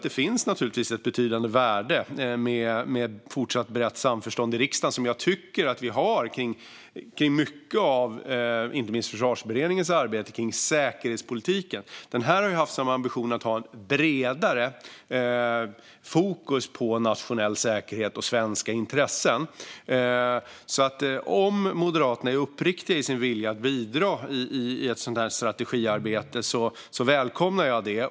Det finns naturligtvis ett betydande värde i ett fortsatt brett samförstånd i riksdagen, vilket jag tycker att vi har inte minst i mycket av Försvarsberedningens arbete kring säkerhetspolitiken. Den här strategin har haft som ambition att ha ett bredare fokus på nationell säkerhet och svenska intressen. Om Moderaterna är uppriktiga i sin vilja att bidra i ett sådant här strategiarbete välkomnar jag det.